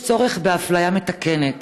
יש צורך באפליה מתקנת: